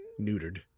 neutered